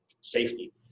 safety